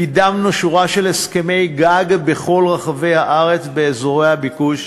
קידמנו שורה של הסכמי גג בכל רחבי הארץ באזורי הביקוש,